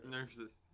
Nurses